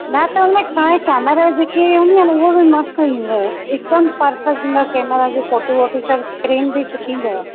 न त उनमें हाणे कैमरा जेकी हूंदी आहे न उहो बि मस्तु हूंदो आहे हिकदमि पर्फेक्ट आहिनि कैमरा जी फ़ोटो वोटो सभु फ्रेम बि सुठो ईंदो आहे